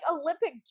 olympic